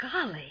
Golly